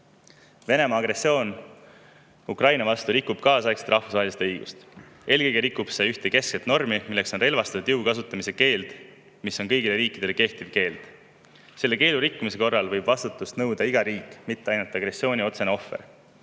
Venemaa agressioon Ukraina vastu rikub kaasaegset rahvusvahelist õigust. Eelkõige rikub see ühte keskset normi, relvastatud jõu kasutamise keeldu, mis kehtib kõigile riikidele. Selle keelu rikkumise korral võib vastutust nõuda iga riik, mitte ainult agressiooni otsene ohver.